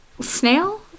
snail